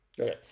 okay